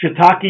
shiitake